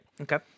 Okay